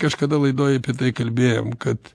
kažkada laidoj apie tai kalbėjom kad